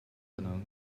可能